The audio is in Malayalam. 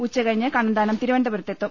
ഉച്ച കഴിഞ്ഞ് കണ്ണന്താനം തിരുവനന്തപുരത്ത് എത്തും